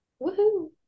Woohoo